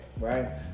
right